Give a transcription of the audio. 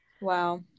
Wow